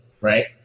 right